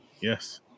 Yes